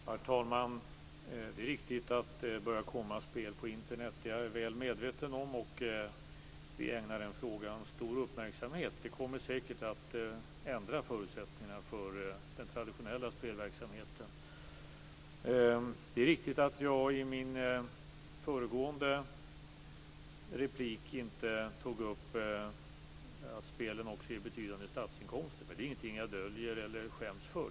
Herr talman! Det är riktigt att det börjar komma spel på Internet. Jag är väl medveten om det, och vi ägnar den frågan stor uppmärksamhet. Det kommer säkert att ändra förutsättningarna för den traditionella spelverksamheten. Det är riktigt att jag i mitt föregående inlägg inte tog upp att spelen också ger betydande statsinkomster. Det är dock ingenting jag döljer eller skäms för.